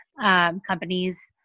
companies